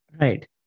right